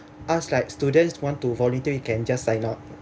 ask like students want to volunteer you can just sign up